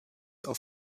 auf